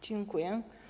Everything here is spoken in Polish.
Dziękuję.